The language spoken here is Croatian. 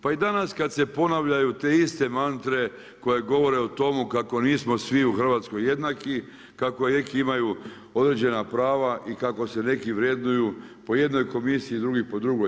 Pa i danas kad se ponavljaju te iste mantre koje govore o tomu kako nismo svi u Hrvatskoj jednaki, kako neki imaju određena prava i kako se neki vrednuju po jednoj komisiji, drugi po drugoj.